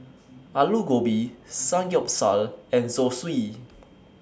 Alu Gobi Samgyeopsal and Zosui